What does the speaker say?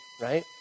right